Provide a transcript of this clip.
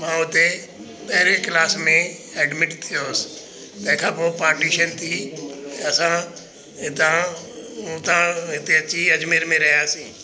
मां उते पहिरें क्लास में एडमिट थियोसि तंहिं खां पोइ पार्टीशन थी असां हितां हुतां हिते अची अजमेर में रहियासीं